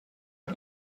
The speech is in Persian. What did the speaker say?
این